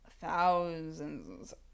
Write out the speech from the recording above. thousands